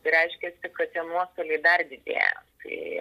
tai reiškiasi kad tie nuostoliai dar didėja tai